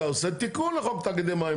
אתה עושה תיקון לחוק תאגידי מים,